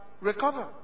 recover